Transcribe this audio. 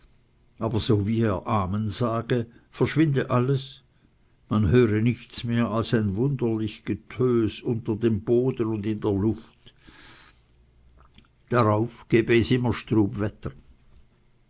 aber so wie er amen sage verschwinde alles man höre nichts mehr als ein wunderlich getön unter dem böden und in der luft darauf gebe es immer strub wetter